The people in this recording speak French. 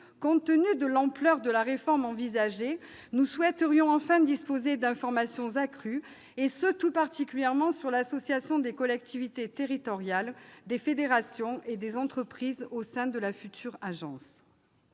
Compte tenu de l'ampleur de la réforme envisagée, nous souhaiterions disposer enfin d'informations plus détaillées, tout particulièrement sur l'association des collectivités territoriales, des fédérations et des entreprises au sein de la future agence.